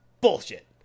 Bullshit